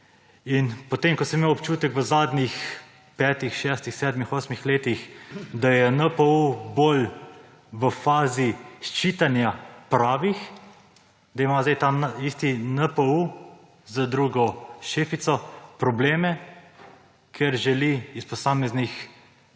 In potem ko sem imel občutek v zadnjih 5, 6, 7, 8 letih, da je NPU bolj v fazi ščitenja pravih, da ima zdaj taisti NPU z drugo šefico probleme, ker želi iz posameznih